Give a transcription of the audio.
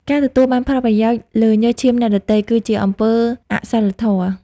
ការទទួលបានផលប្រយោជន៍លើញើសឈាមអ្នកដទៃ គឺជាអំពើអសុីលធម៌។